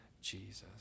Jesus